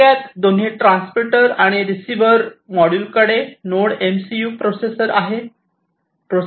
थोडक्यात दोन्ही ट्रान्समीटर आणि रिसिवर मॉड्यूल कडे नोड एमसीयू प्रोसेसर आहे